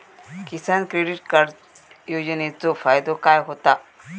किसान credit card योजनेचो फायदो काय होता?